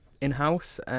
in-house